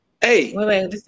Hey